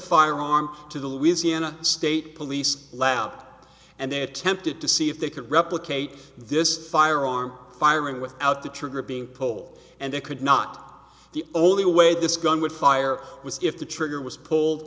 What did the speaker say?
firearm to the louisiana state police lap and they attempted to see if they could replicate this firearm firing without the trigger being poll and they could not the only way this gun would fire was if the trigger was pulled